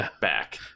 back